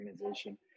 organization